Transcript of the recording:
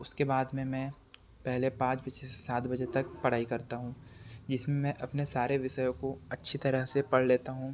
उसके बाद में मैं पहले पाँच बजे से सात बजे तक पढ़ाई करता हूँ जिसमें मैं अपने सारे विषयों को अच्छी तरह से पढ़ लेता हूँ